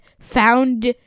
found